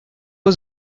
was